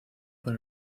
por